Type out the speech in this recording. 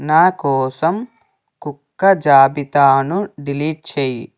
నా కోసం కుక్క జాబితాను డిలీట్ చేయి